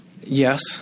Yes